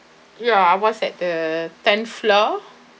ya I was at the tenth floor